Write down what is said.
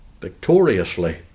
victoriously